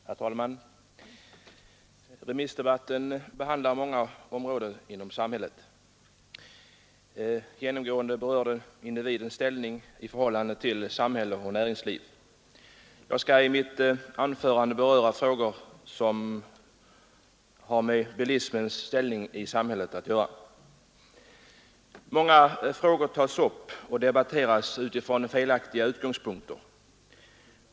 Herr talman! Remissdebatten behandlar många områden inom samhället. Genomgående berör den individens ställning i förhållande till samhälle och näringsliv. Jag skall i mitt anförande beröra frågor som har med bilismens ställning i samhället att göra. Många frågor tas upp och debatteras utifrån felaktiga utgångspunkter.